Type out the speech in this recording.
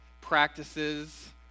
practices